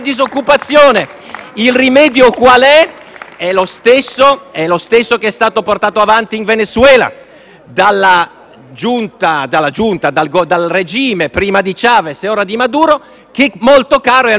Il rimedio è lo stesso che è stato portato avanti in Venezuela dal regime prima di Chavez e ora di Maduro, che è molto caro al MoVimento 5 Stelle,